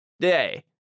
day